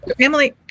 Emily